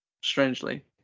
strangely